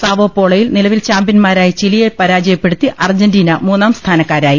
സാവോപോളോയിൽ നിലവിൽ ചാമ്പ്യൻന്മാരായ ചിലിയെ പരാ ജയപ്പെടുത്തി അർജന്റീന മൂന്നാം സ്ഥാനക്കാരായി